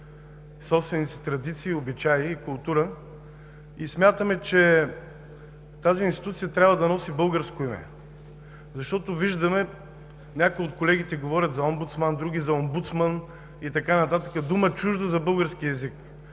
собствените си традиции, обичаи и култура и смятаме, че тази институция трябва да носи българско име, защото виждаме, че някои от колегите говорят за омбудсмàн, други за омбỳдсман и така нататък – дума, чужда за българския език.